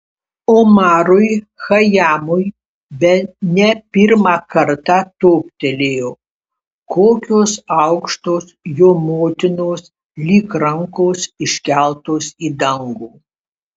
omarui chajamui bene pirmą kartą toptelėjo kokios aukštos jo motinos lyg rankos iškeltos į dangų